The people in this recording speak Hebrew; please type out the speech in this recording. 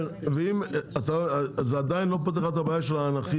זה עדיין לא פוטר לך את הבעיה של האנכי.